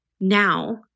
now